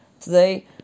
today